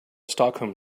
stockholm